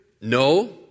no